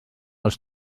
als